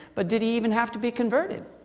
but did he even have to be converted?